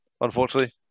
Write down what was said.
unfortunately